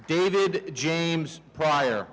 david james pryor